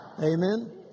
Amen